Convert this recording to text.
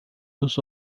dos